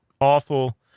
awful